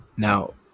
Now